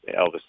Elvis